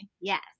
Yes